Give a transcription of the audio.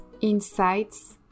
insights